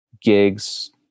gigs